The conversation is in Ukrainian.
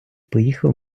поїхав